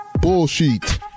Bullshit